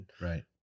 Right